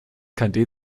kein